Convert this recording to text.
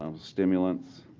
um stimulants,